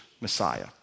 Messiah